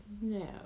No